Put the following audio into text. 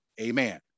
amen